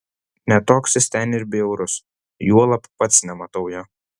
ne toks jis ten ir bjaurus juolab pats nematau jo